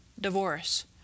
divorce